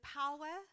power